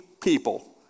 people